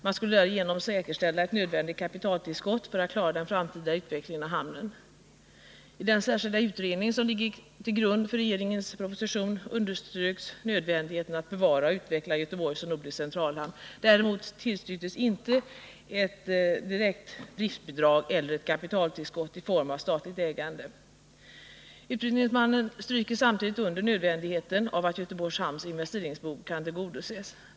Man skulle därigenom säkerställa ett nödvändigt kapitaltillskott för att klara den framtida utvecklingen av hamnen. I den särskilda utredning som ligger till grund för regeringens proposition underströks nödvändigheten av att bevara och utveckla Göteborg som nordisk centralhamn. Däremot tillstyrktes inte ett direkt driftbidrag eller ett kapitaltillskott i form av statligt ägande. Utredningsmannen stryker samtidigt under nödvändigheten av att Göteborgs hamns investeringsbehov kan tillgodoses.